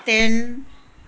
ਤਿੰਨ